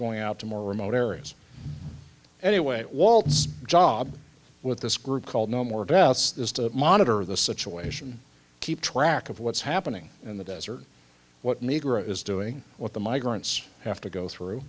going out to more remote areas anyway walt's job with this group called no more deaths is to monitor the situation keep track of what's happening in the desert what negro is doing what the migrants have to go through